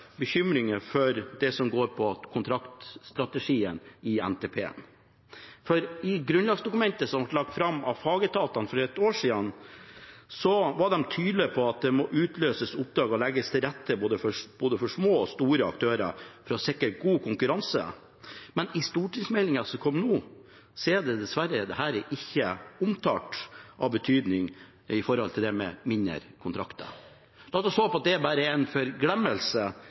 for det som går på kontraktstrategien i NTP. I grunnlagsdokumentet som ble lagt fram av fagetatene for et år siden, var de tydelige på at det må utløses oppdrag og legges til rette for både små og store aktører for å sikre god konkurranse. Men i stortingsmeldingen som kom nå, er dette med mindre kontrakter dessverre ikke omtalt i betydelig grad. La oss håpe at det bare er en forglemmelse at det ikke er sagt noe om det.